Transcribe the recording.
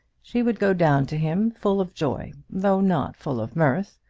she would go down to him full of joy, though not full of mirth,